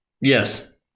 Yes